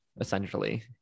essentially